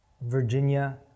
Virginia